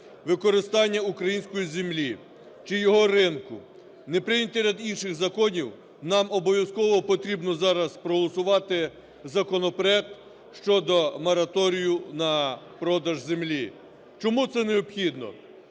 використання української землі чи її ринку, не прийнятий ряд інших законів, нам обов'язково потрібно зараз проголосувати законопроект щодо мораторію на продаж землі. Чому це необхідно.